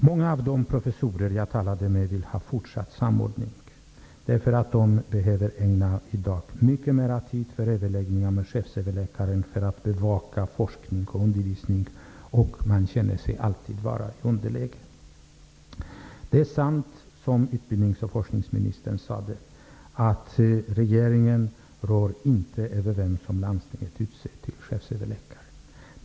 Många av de professorer som jag talade med vill ha fortsatt samordning, därför att de i dag behöver ägna mycket mer tid åt överläggningar med chefsöverläkaren för att bevaka forskning och undervisning. Man känner sig alltid vara i underläge. Det är sant som utbildnings och forskningsministern sade, att regeringen inte rår över vem som landstingen utser till chefsöverläkare.